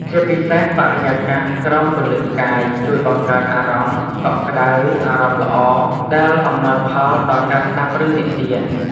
ជាពិសេសបរិយាកាសក្រោមពន្លឺផ្កាយ ជួយបង្កើតអារម្មណ៍ កក់ក្ដៅ អារម្មណ៍ល្អ ដែលអំណោយផលដល់ការស្ដាប់រឿងនិទាន ។